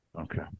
Okay